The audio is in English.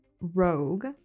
Rogue